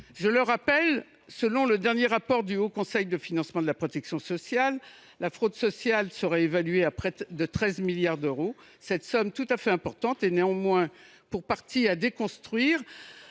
recouvrées. Selon le dernier rapport du Haut Conseil du financement de la protection sociale, le montant de la fraude sociale est évalué à près de 13 milliards d’euros. Cette somme tout à fait importante doit néanmoins être pour partie déconstruite